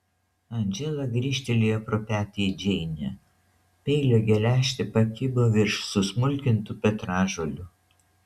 andžela grįžtelėjo pro petį į džeinę peilio geležtė pakibo virš susmulkintų petražolių